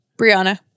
Brianna